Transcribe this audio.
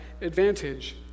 advantage